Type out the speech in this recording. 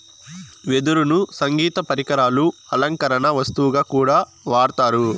వెదురును సంగీత పరికరాలు, అలంకరణ వస్తువుగా కూడా వాడతారు